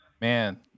man